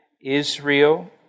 Israel